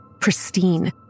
pristine